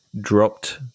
dropped